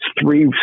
three